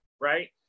right